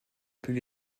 plus